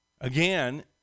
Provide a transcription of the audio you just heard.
Again